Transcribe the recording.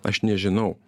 aš nežinau